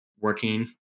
working